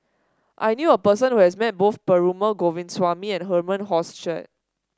I knew a person who has met both Perumal Govindaswamy and Herman Hochstadt